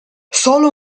solo